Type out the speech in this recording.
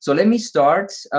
so let me start,